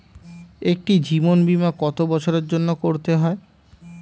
একটি জীবন বীমা কত বছরের জন্য করতে হয়?